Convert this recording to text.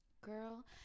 Girl